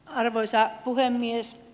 arvoisa puhemies